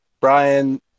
Brian